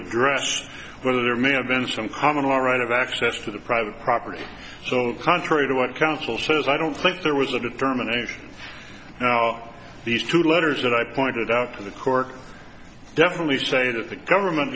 address whether there may have been some common law right of access to the private property so contrary to what counsel says i don't think there was a determination now these two letters that i pointed out to the court definitely say that the government